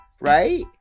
right